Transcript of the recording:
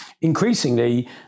increasingly